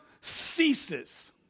ceases